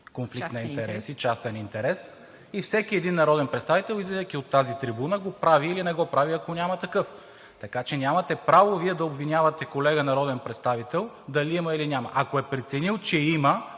декларира този частен интерес и всеки един народен представител, излизайки на тази трибуна, го прави или не го прави, ако няма такъв. Така че Вие нямате право да обвинявате колега народен представител дали има, или няма. Ако е преценил, че има,